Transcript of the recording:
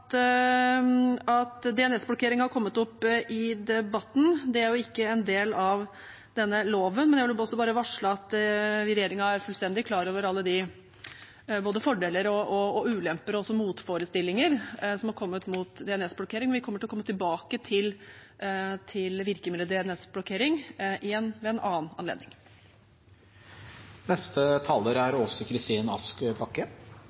har kommet opp i debatten. Det er ikke en del av denne loven, men jeg vil også bare varsle at vi i regjeringen er fullstendig klar over alle fordeler, ulemper og motforestillinger som er kommet mot DNS-blokkering. Vi kommer til å komme tilbake til virkemiddelet DNS-blokkering ved en annen